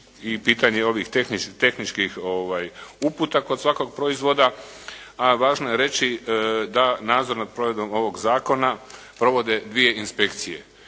i pitanje ovih tehničkih uputa kod svakog proizvoda. A važno je reći da nadzor nad provedbom ovog zakona provode dvije inspekcije.